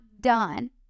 done